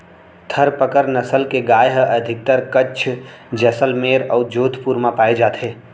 थारपकर नसल के गाय ह अधिकतर कच्छ, जैसलमेर अउ जोधपुर म पाए जाथे